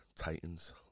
Titans